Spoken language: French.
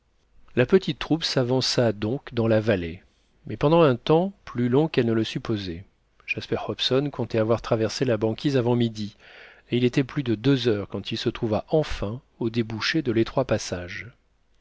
la petite troupe s'avança donc dans la vallée mais pendant un temps plus long qu'elle ne le supposait jasper hobson comptait avoir traversé la banquise avant midi et il était plus de deux heures quand il se trouva enfin au débouché de l'étroit passage